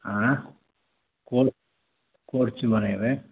ऑंय कोन कोर्च बनेबै